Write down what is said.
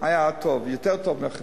היה טוב, יותר טוב מאחרים.